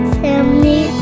family